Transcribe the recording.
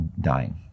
dying